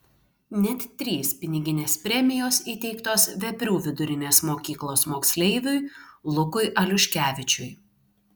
net trys piniginės premijos įteiktos veprių vidurinės mokyklos moksleiviui lukui aliuškevičiui